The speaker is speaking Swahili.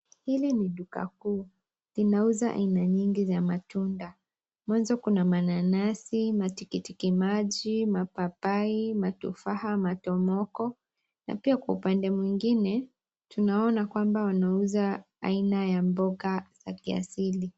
Hili ni duka kuu. Linauza aina nyingi za matunda, mwanzo kuna mananasi, matikiti maji, mapapai, matufaha, matomoko na pia kwa upande mwingine tunaona kwamba wanauza aina ya mboga ya kiasili.